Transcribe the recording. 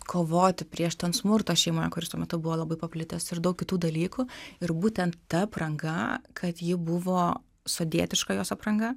kovoti prieš ten smurtą šeimoje kuris tuo metu buvo labai paplitęs ir daug kitų dalykų ir būtent ta apranga kad ji buvo sodietiška jos apranga